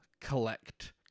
collect